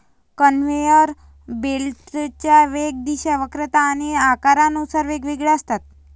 conveyor बेल्टच्या वेग, दिशा, वक्रता आणि आकारानुसार वेगवेगळ्या असतात